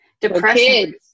Depression